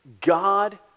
God